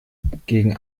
gegen